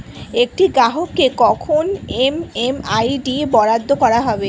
একটি গ্রাহককে কখন এম.এম.আই.ডি বরাদ্দ করা হবে?